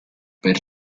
per